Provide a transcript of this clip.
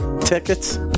Tickets